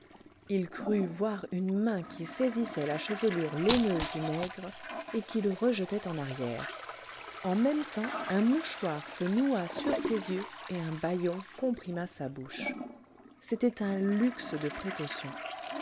il crut voir une main qui saisissait la chevelure laineuse du nègre et qui le rejetait en arrière en même temps un mouchoir se noua sur ses yeux et un bâillon comprima sa bouche c'était un luxe de précautions